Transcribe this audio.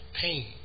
pain